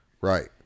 Right